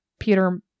Peter